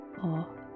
four